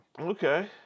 Okay